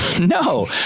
No